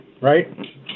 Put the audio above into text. right